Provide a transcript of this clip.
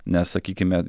nes sakykime